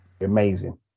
Amazing